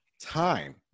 time